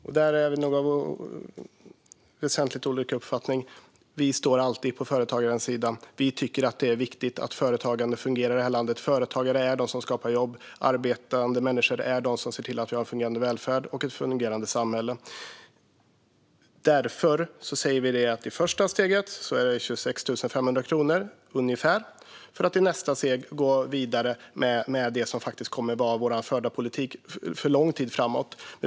Fru talman! Där har vi väsentligt olika uppfattning. Vi står alltid på företagarens sida, och vi tycker att det är viktigt att företagande fungerar i det här landet. Företagare skapar jobb. Arbetande människor är de som ser till att det finns fungerande välfärd och ett fungerande samhälle. Därför säger vi att i första steget är det fråga om ungefär 26 500 kronor, för att i nästa steg gå vidare med det som kommer att vara vår förda politik för lång tid framåt.